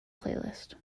playlist